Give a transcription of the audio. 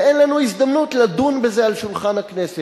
ואין לנו הזדמנות לדון בזה על שולחן הכנסת.